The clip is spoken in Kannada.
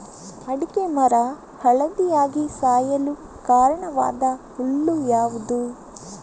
ಅಡಿಕೆ ಮರ ಹಳದಿಯಾಗಿ ಸಾಯಲು ಕಾರಣವಾದ ಹುಳು ಯಾವುದು?